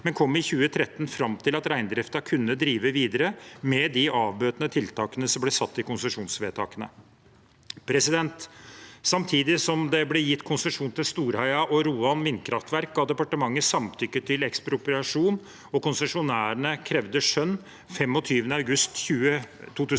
men kom i 2013 fram til at reindriften kunne drive videre med de avbøtende tiltakene som ble satt i konsesjonsvedtakene. Samtidig som det ble gitt konsesjon til Storheia og Roan vindkraftverk, ga departementet samtykke til ekspropriasjon, og konsesjonærene krevde skjønn 25. august 2014